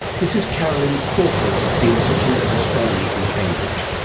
this is carolin crawford at the institute of astronomy in cambridge.